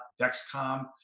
Dexcom